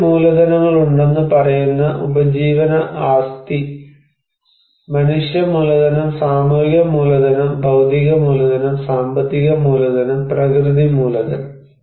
5 മൂലധനങ്ങളുണ്ടെന്ന് പറയുന്ന ഉപജീവന ആസ്തി മനുഷ്യ മൂലധനം സാമൂഹിക മൂലധനം ഭൌതിക മൂലധനം സാമ്പത്തിക മൂലധനം പ്രകൃതി മൂലധനം